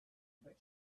but